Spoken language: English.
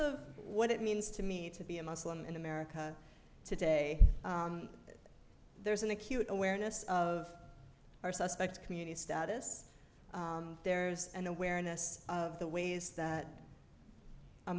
of what it means to me to be a muslim in america today there's an acute awareness of our suspect community status there's an awareness of the ways that a